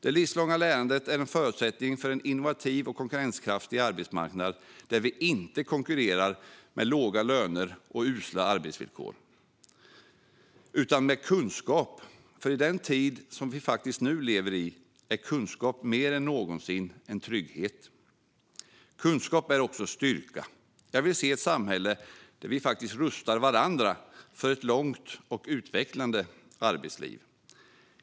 Det livslånga lärandet är en förutsättning för en innovativ och konkurrenskraftig arbetsmarknad där vi inte konkurrerar med låga löner och usla arbetsvillkor utan med kunskap. I den tid som vi nu lever i är kunskap mer än någonsin en trygghet. Kunskap är också styrka. Jag vill se ett samhälle där vi rustar varandra för ett långt och utvecklande arbetsliv.